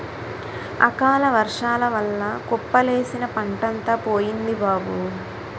అకాలవర్సాల వల్ల కుప్పలేసిన పంటంతా పోయింది బాబూ